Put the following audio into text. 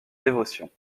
dévotion